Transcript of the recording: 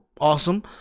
awesome